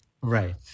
Right